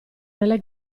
nelle